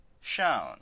shown